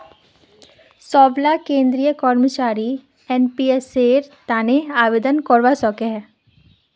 सबला केंद्रीय कर्मचारी एनपीएसेर तने आवेदन करवा सकोह